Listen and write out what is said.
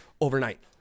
overnight